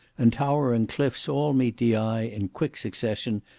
and towering cliffs all meet the eye in quick succession,